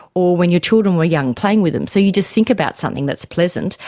or when your children were young, playing with them, so you just think about something that is pleasant,